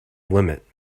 limit